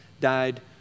died